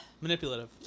Manipulative